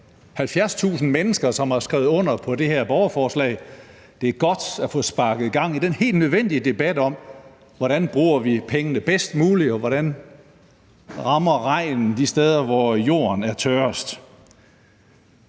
70.000 mennesker, som har skrevet under på det her borgerforslag. Det er godt at få sparket gang i den helt nødvendige debat om, hvordan vi bruger pengene bedst muligt, og hvordan regnen bedst rammer de steder, hvor jorden er tørrest.